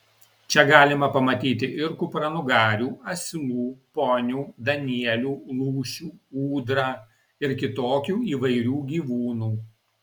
čia galima pamatyti ir kupranugarių asilų ponių danielių lūšių ūdrą ir kitokių įvairių gyvūnų